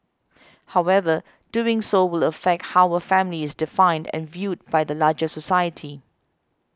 however doing so will affect how a family is defined and viewed by the larger society